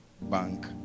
bank